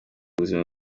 ubuzima